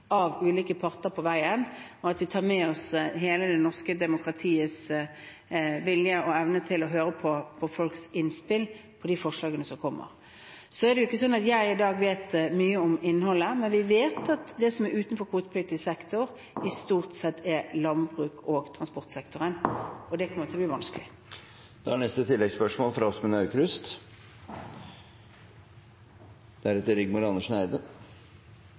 av ulike parter på veien, og at vi tar med oss hele det norske demokratiets vilje og evne til å høre på folks innspill til de forslagene som kommer. Så er det ikke slik at jeg i dag vet mye om innholdet, men vi vet at det som er utenfor kvotepliktig sektor, stort sett er landbruks- og transportsektoren. Og det kommer til å bli